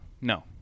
no